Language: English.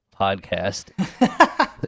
podcast